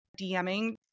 DMing